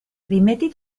rimetti